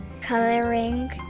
coloring